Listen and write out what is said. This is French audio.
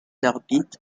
orbite